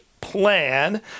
plan